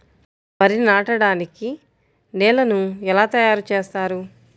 వరి నాటడానికి నేలను ఎలా తయారు చేస్తారు?